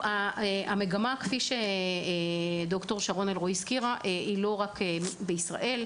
המגמה כפי שדוקטור אלרועי פרייס אמרה היא לא רק בישראל,